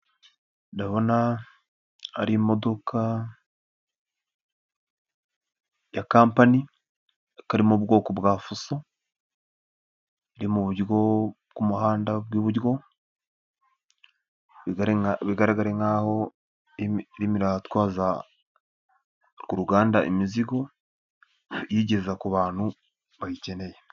Ndabona ari imodoka ya kampani ikaba iri mu bwoko bwa Fuso iri mu buryo bw'umuhanda bw'iburyo bigaragare nk'aho irimo iratwaza ku ruganda imizigo iyigeza ku bantu bayikeneye.